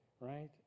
right